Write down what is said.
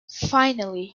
finally